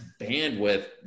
bandwidth